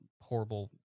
horrible